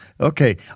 Okay